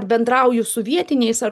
bendrauju su vietiniais ar